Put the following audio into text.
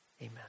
Amen